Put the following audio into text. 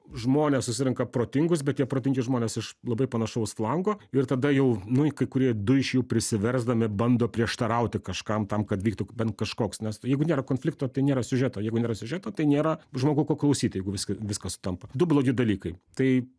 žmones susirenka protingus bet tie protingi žmonės iš labai panašaus flango ir tada jau nu i kai kurie du iš jų priversdami bando prieštarauti kažkam tam kad vyktų bent kažkoks nes jeigu nėra konflikto tai nėra siužeto jeigu nėra siužeto tai nėra žmogui ko klausyt jeigu viska viskas sutampa du blogi dalykai tai